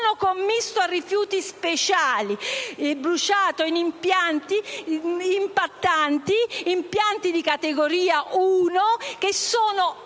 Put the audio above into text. urbano commisto a rifiuti speciali e bruciato in impianti impattanti, di categoria 1, che sono